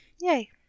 Yay